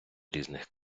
різних